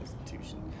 institution